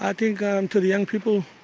i think um to the young people,